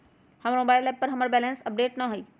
हमर mobile app पर हमर बैलेंस अपडेट न हई